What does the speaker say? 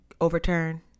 overturn